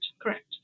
Correct